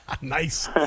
Nice